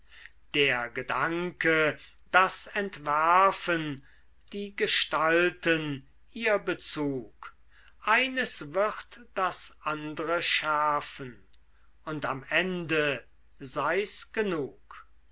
der gedanke das entwerfen die gestalten ihr bezug eines wird das andre schärfen und am ende sei's genug